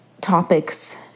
topics